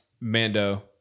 Mando